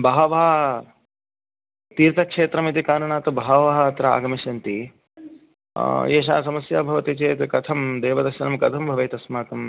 बहवः तीर्थक्षेत्रमिति कारणात् बहवः अत्र आगमिष्यन्ति एषा समस्या भवति चेत् कथं देवदर्शनं कथं भवेत् अस्माकम्